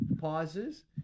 pauses